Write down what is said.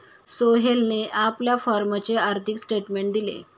सोहेलने आपल्या फॉर्मचे आर्थिक स्टेटमेंट दिले